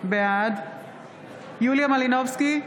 בעד יוליה מלינובסקי,